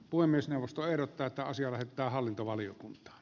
puhemiesneuvosto ehdottaa että asia lähetetään hallintovaliokuntaan